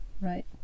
right